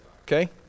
Okay